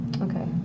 Okay